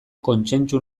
kontsentsu